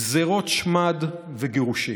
גזרות שמד וגירושים.